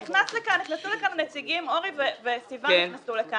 כשנכנסו לכאן הנציגים אורי דביר וסיון להבי,